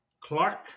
Clark